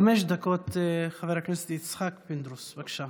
חמש דקות, חבר הכנסת פינדרוס, בבקשה.